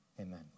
Amen